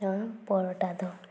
ᱱᱚᱣᱟ ᱯᱚᱨᱚᱴᱟ ᱫᱚ